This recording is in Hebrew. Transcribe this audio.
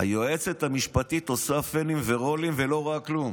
והיועצת המשפטית עושה פנים ורולים ולא רואה כלום,